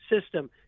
system